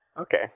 Okay